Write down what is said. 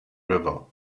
river